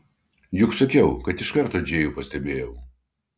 juk sakiau kad iš karto džėjų pastebėjau